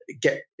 get